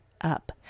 up